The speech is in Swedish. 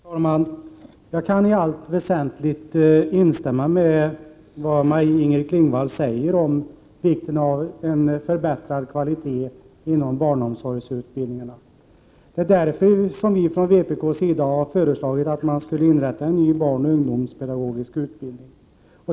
Herr talman! Jag kan i allt väsentligt instämma i det Maj-Inger Klingvall säger om vikten av en förbättrad kvalitet inom barnomsorgsutbildningarna. Det är därför som vi från vpk:s sida har föreslagit att man skulle inrätta en ny barnoch ungdomspedagogisk utbildning.